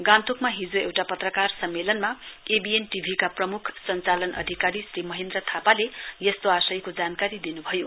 गान्तोकमा हिजो एउटा पत्रकार सम्मेलनमा एवीएन टीभीका प्रम्ख सञ्चालन अधिकारी श्री महेन्द्र थापाले यस्तो आशयको जानकारी दिनुभयो